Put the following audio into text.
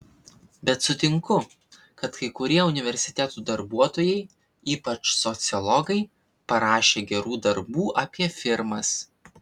bet sutinku kad kai kurie universitetų darbuotojai ypač sociologai parašė gerų darbų apie firmas